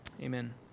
Amen